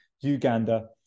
Uganda